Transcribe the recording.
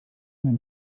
mir